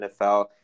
nfl